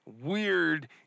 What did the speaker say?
weird